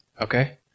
Okay